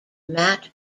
matt